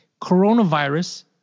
coronavirus